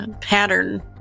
pattern